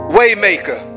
waymaker